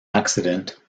accident